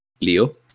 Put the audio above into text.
Leo